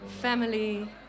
family